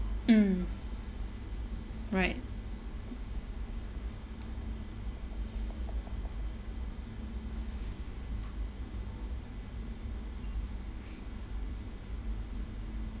mm right